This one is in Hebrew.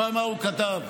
תשמע מה הוא כתב: